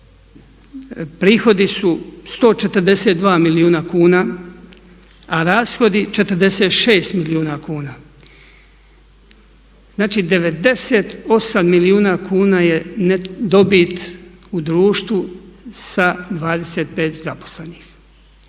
prihodi su 142 milijuna kuna, a rashodi 46 milijuna kuna. Znači, 98 milijuna kuna je dobit u društvu sa 25 zaposlenih.